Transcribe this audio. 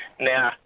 Now